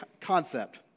concept